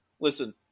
listen